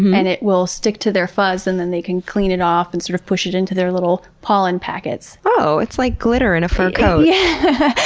it will stick to their fuzz and then they can clean it off and sort of push it into their little pollen packets. oh, it's like glitter in a fur coat. yeah!